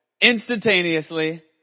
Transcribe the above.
instantaneously